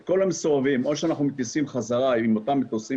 את כל המסורבים או שאנחנו מטיסים חזרה עם אותם מטוסים